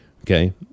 Okay